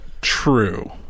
true